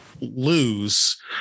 lose